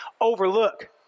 overlook